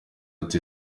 ati